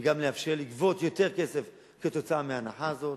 וגם לאפשר לגבות יותר כסף כתוצאה מההנחה הזאת.